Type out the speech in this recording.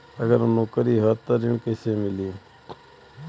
अगर नौकरी ह त ऋण कैसे मिली?